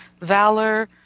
valor